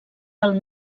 del